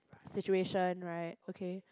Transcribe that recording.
situation right okay